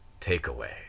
Takeaway